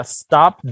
stop